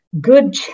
good